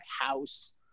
house